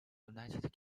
united